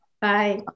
Bye